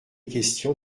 question